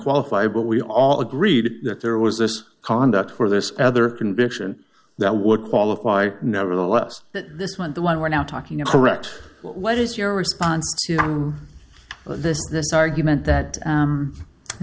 qualify but we all agreed that there was this conduct for this other conviction that would qualify nevertheless that this one the one we're now talking a wrecked what is your response to this this argument that